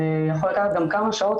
זה יכול לקחת גם כמה שעות,